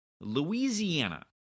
Louisiana